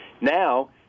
Now